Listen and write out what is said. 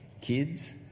Kids